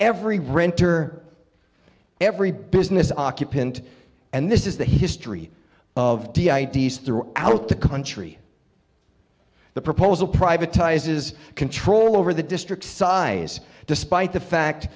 every renter every business occupant and this is the history of the ids throughout the country the proposal privatized his control over the district size despite the fact